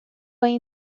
این